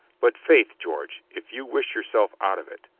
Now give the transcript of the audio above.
but faith, george, if you wish yourself out of it,